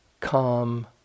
calm